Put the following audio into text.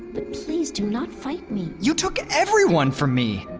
but please do not fight me you took everyone from me!